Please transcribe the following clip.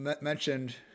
mentioned